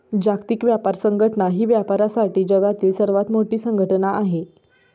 जागतिक व्यापार संघटना ही व्यापारासाठी जगातील सर्वात मोठी संघटना आहे